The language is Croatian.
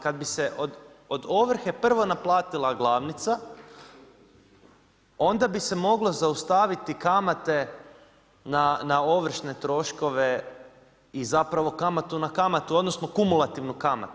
Kad bi se od ovrhe prvo naplatila glavnica onda bi se moglo zaustaviti kamate na ovršne troškove i zapravo kamatu na kamatu, odnosno kumulativnu kamatu.